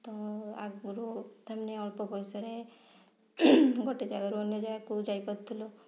ତ ଆଗରୁ ତା'ମାନେ ଅଳ୍ପ ପଇସାରେ ଗୋଟେ ଜାଗାରୁ ଅନ୍ୟ ଜାଗାକୁ ଯାଇପାରୁଥିଲୁ